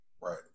Right